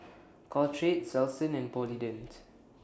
Caltrate Selsun and Polident